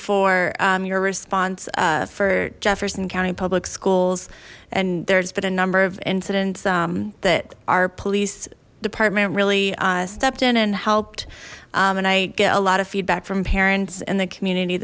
for your response for jefferson county public schools and there's been a number of incidents that our police department really stepped in and helped and i get a lot of feedback from parents in the community